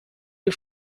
you